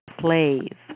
slave